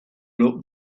wrote